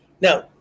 now